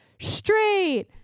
straight